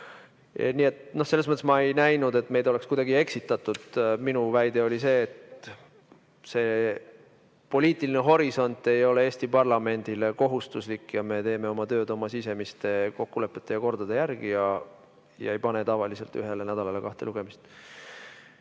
Nii et selles mõttes ma ei näinud, et meid oleks kuidagi eksitatud. Minu väide oli see, et see poliitiline horisont ei ole Eesti parlamendile kohustuslik ja me teeme oma tööd oma sisemiste kokkulepete ja kordade järgi ega pane tavaliselt ühele nädalale kahte lugemist. Nüüd